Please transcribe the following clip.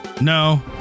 No